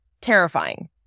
terrifying